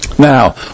Now